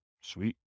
Sweet